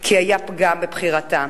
כי היה פגם בבחירתה.